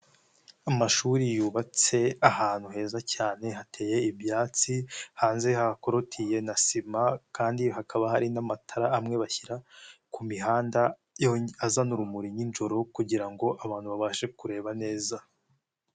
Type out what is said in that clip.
Amashuri yubatse ahantu heza cyane hateye ibyatsi, hanze hakolotiye na sima kandi hakaba hari n'amatara amwe bashyira ku mihanda azana urumuri ninjoro kugira abantu babashe kureba neza.